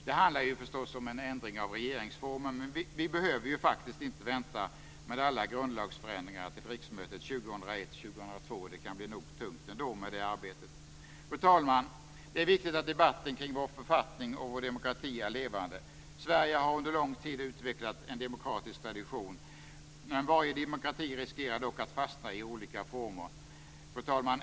Det handlar förstås om en ändring av regeringsformen, men vi behöver faktiskt inte vänta med alla grundlagsförändringar till riksmötet 2001/02. Det kan bli nog tungt ändå med det arbetet. Fru talman! Det är viktigt att debatten kring vår författning och vår demokrati är levande. Sverige har under lång tid utvecklat en demokratisk tradition. Varje demokrati riskerar dock att fastna i olika former. Fru talman!